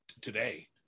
Today